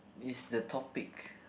is the topic